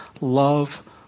love